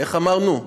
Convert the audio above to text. איך אמרנו?